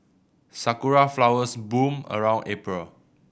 sakura flowers bloom around April